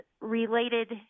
related